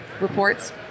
reports